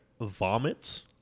vomits